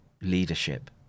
leadership